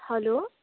hello